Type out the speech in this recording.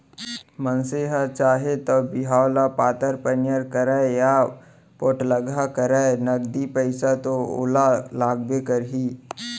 मनसे ह चाहे तौ बिहाव ल पातर पनियर करय या पोठलगहा करय नगदी पइसा तो ओला लागबे करही